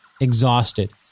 exhausted